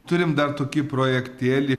turim dar tokį projektėlį